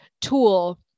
tool